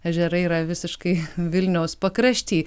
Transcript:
ežerai yra visiškai vilniaus pakrašty